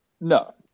No